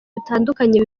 bitandukanye